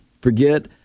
forget